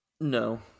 No